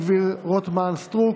קטי קטרין שטרית,